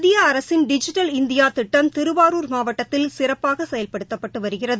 மத்திய அரசின் digital India திட்டம் திருவாரூர் மாவட்டத்தில் சிறப்பாக செயல்படுத்தப்பட்டு வருகிறது